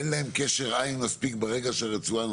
אין להם קשר עין מספיק ברגע שהרצועה,